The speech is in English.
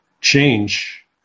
change